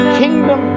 kingdom